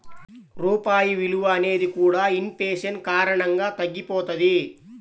రూపాయి విలువ అనేది కూడా ఇన్ ఫేషన్ కారణంగా తగ్గిపోతది